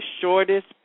shortest